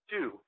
Two